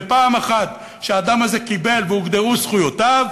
ופעם אחת שהאדם הזה קיבל והוגדרו זכויותיו,